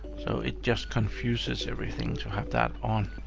so it just confuses everything to have that on.